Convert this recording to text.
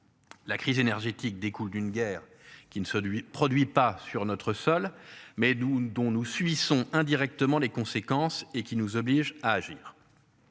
La crise énergétique découle d'une guerre qui ne celui produit pas sur notre sol mais nous dont nous subissons indirectement les conséquences et qui nous obligent à agir.